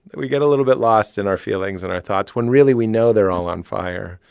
we get a little bit lost in our feelings and our thoughts when, really, we know they're all on fire.